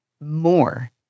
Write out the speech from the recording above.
more